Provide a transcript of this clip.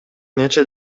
нече